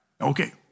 Okay